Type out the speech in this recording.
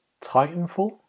Titanfall